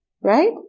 right